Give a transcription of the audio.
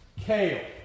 kale